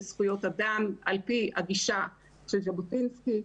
זכויות אדם על פי הגישה של ז'בוטינסקי,